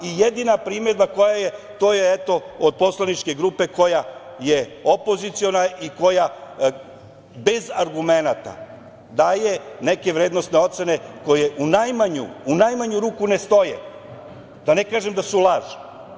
Jedina primedba koja je, to je, eto, od poslaničke grupe koja je opoziciona i koja bez argumenata daje neke vrednosne ocene koje u najmanju ruku ne stoje, da ne kažem da su laž.